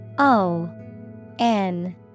O-N